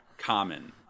common